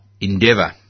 endeavour